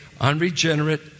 unregenerate